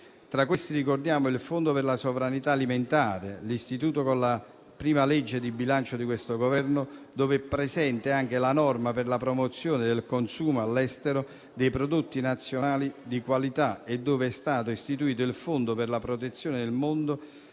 Tra questi ricordiamo il fondo per la sovranità alimentare, istituito con la prima legge di bilancio di questo Governo, dove è presente anche la norma per la promozione del consumo all'estero dei prodotti nazionali di qualità e dove è stato istituito il fondo per la protezione nel mondo